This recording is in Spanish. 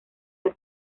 del